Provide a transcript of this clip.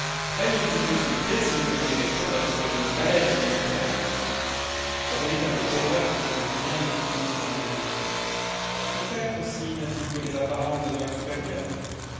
elle les eût consultés s'il eût été question d'acheter une calèche ou une terre sa véritable terreur était que julien ne fût mécontent d'elle peut-être aussi n'a-t-il que les apparences d'un homme supérieur